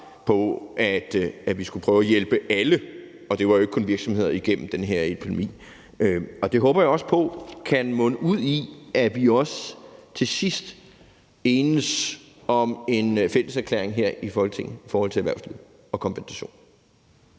om, at vi skulle prøve at hjælpe alle – det var jo ikke kun virksomheder – igennem den her epidemi. Det håber jeg også på kan munde ud i, at vi også til sidst enes om en fælles erklæring her i Folketinget i forhold til erhvervslivet og kompensation.